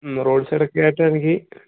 roadside ഒക്കെ ആയിട്ട് ആണെങ്കിൽ